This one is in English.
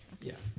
yeah,